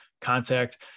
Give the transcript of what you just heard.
Contact